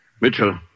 Mitchell